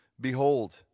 Behold